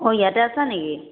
অঁ ইয়াতে আছা নেকি